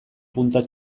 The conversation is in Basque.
punta